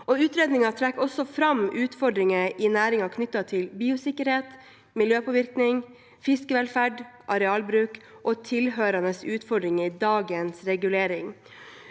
Utredningen trekker også fram utfordringer i næringen knyttet til biosikkerhet, miljøpåvirkning, fiskevelferd, arealbruk og tilhørende utfordringer i dagens regulering.